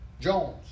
jones